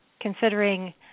considering